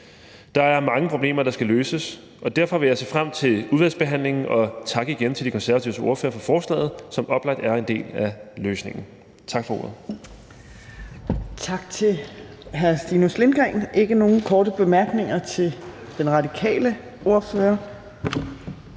Der er mange problemer, der skal løses, og derfor vil jeg se frem til udvalgsbehandlingen og igen takke De Konservatives ordfører for forslaget, som oplagt er en del af løsningen. Tak for ordet. Kl. 11:44 Fjerde næstformand (Trine Torp): Tak til hr. Stinus Lindgreen. Der er ikke nogen korte bemærkninger til den radikale ordfører.